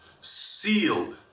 sealed